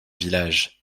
village